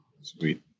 Sweet